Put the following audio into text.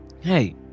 hey